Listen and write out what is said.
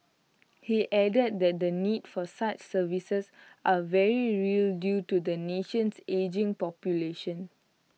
he added that the need for such services are very real due to the nation's ageing population